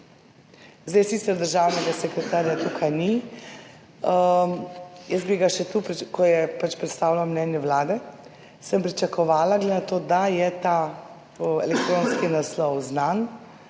Zdaj sicer državnega sekretarja tukaj ni, jaz bi ga še tu, ko je predstavljal mnenje Vlade, sem pričakovala, glede na to, da je ta elektronski naslov znan